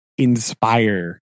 inspire